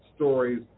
stories